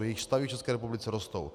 Jejich stavy v České republice rostou.